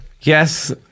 yes